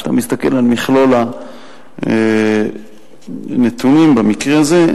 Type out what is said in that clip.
כשאתה מסתכל על מכלול הנתונים במקרה הזה,